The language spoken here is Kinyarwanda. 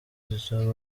jizzo